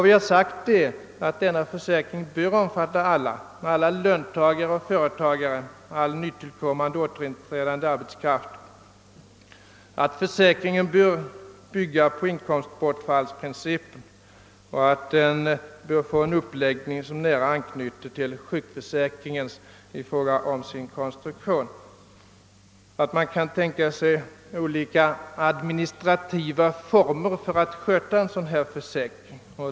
Vi har sagt att denna försäkring bör omfatta alla löntagare och företagare och all nytillkommande och återinträdande arbetskraft, att försäkringen bör bygga på inkomstbortfallsprincipen, att den till sin konstruktion bör nära anknyta till sjukförsäkringen och att man kan tänka sig olika administrativa former för en sådan försäkring.